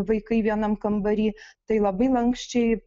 vaikai vienam kambary tai labai lanksčiai